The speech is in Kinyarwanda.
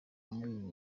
muri